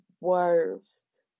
worst